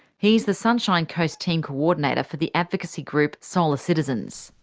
he's the sunshine coast team coordinator for the advocacy group, solar citizens.